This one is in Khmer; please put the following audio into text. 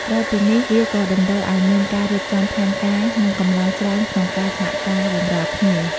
ផ្ដល់ព័ត៌មាន និងជំនួយចាំបាច់ ពុទ្ធបរិស័ទអាចជាអ្នកផ្ដល់ ព័ត៌មានទាក់ទងនឹងកម្មវិធីបុណ្យ កាលវិភាគ ឬកន្លែងផ្សេងៗនៅក្នុងបរិវេណវត្ត ដូចជាបន្ទប់ទឹក កន្លែងដាក់អីវ៉ាន់ជាដើម។